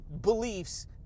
beliefs